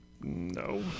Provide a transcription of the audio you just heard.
No